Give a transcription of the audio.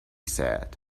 said